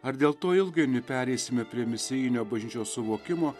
ar dėl to ilgainiui pereisime prie misijinio bažnyčios suvokimo